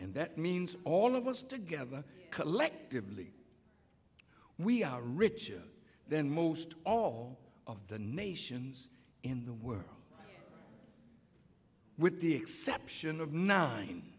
and that means all of us together collectively we are richer than most all of the nations in the world with the exception of nine